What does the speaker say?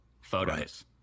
photos